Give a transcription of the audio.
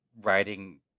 writing